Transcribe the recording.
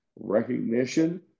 recognition